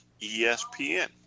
ESPN